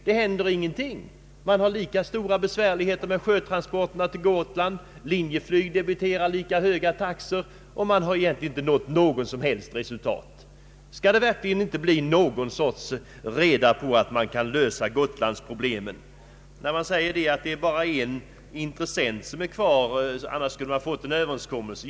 Man har fortfarande lika stora besvärligheter med sjötransporterna till Gotland, Linjeflyg debiterar lika höga priser som tidigare, och man har egentligen inte nått något som helst resultat. Skall det verkligen inte bli någon sorts reda när det gäller att lösa Gotlandsproblemen? Man sade tidigare från regeringshåll att det bara var en enda intressent som hindrade en Ööverenskommelse.